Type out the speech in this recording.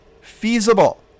feasible